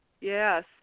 Yes